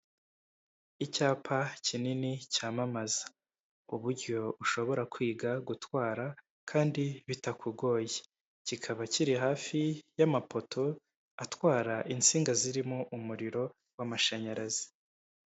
Icyapa kinini cyamamaza uburyo ushobora kwiga gutwara kandi bitakugoye, kikaba kiri hafi y'amapoto atwara insinga zirimo umuriro w'amashanyarazi.